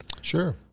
Sure